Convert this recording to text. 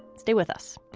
stay with us